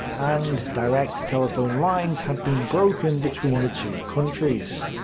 and direct telephone lines had been broken between the two countries.